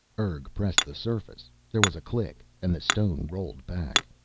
urg pressed the surface, there was a click and the stone rolled back.